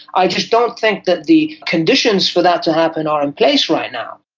i just don't think that the conditions for that to happen are in place right now.